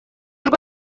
rwo